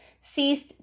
ceased